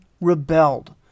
rebelled